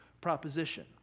proposition